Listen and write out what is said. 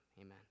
amen